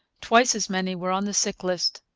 twice as many were on the sick list.